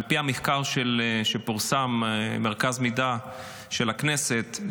על פי המחקר שפורסם במרכז המידע של הכנסת,